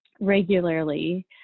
regularly